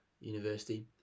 university